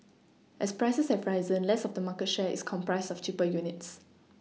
as prices have risen less of the market share is comprised of cheaper units